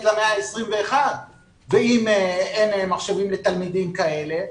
למאה ה-21 ואם אין מחשבים לתלמידים כאלה,